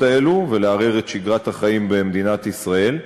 האלו ולערער את שגרת החיים במדינת ישראל.